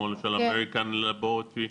כמו למשל אמריקן לבורטורי,